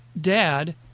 dad